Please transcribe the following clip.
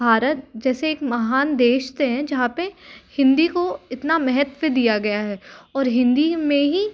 भारत जैसे एक महान देश से है जहाँ पर हिन्दी को इतना महत्व दिया गया है और हिन्दी में ही